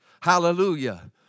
Hallelujah